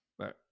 Right